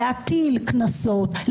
להטיל קנסות,